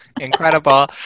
Incredible